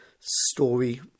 story